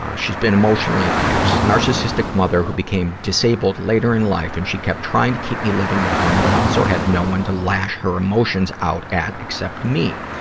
um she's been emotionally abused. narcissistic who became disabled later in life, and she kept trying to keep me living at home, but also had no one to lash her emotions out at except me.